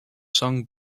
sung